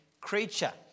creature